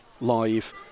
live